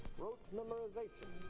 rote memorization.